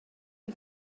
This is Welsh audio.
ein